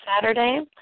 Saturday